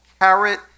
carrot